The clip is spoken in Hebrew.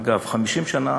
אגב, 50 שנה